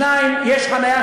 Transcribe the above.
2. יש חניה,